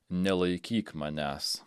nelaikyk manęs